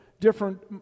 Different